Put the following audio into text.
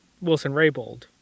Wilson-Raybould